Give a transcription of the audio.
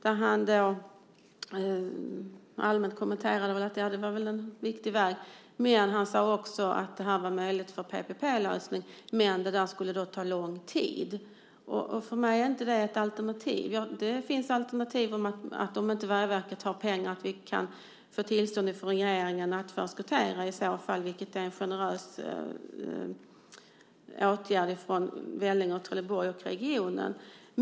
Han kommenterade det allmänt och sade att det var en viktig väg. Han sade också att det var möjligt med en PPP-lösning men att det skulle ta lång tid. För mig är det inte ett alternativ. Det alternativet finns att om Vägverket inte har pengar kan vi få tillstånd från regeringen att förskottera i så fall, vilket är en generös åtgärd för Vellinge, Trelleborg och regionen.